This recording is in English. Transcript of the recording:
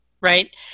right